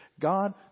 God